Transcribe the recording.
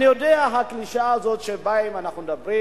אני יודע, הקלישאה הזאת שאנחנו מדברים,